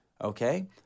Okay